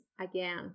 again